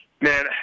Man